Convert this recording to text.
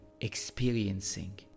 experiencing